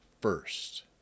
first